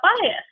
bias